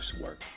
work